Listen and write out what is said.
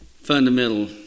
fundamental